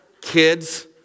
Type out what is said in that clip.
kids